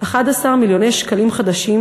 11 מיליוני שקלים חדשים,